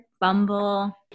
Bumble